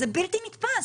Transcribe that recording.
זה בלתי נתפס.